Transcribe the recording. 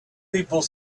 people